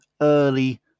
early